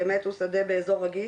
באמת קודם כל הוא במיקום רגיש,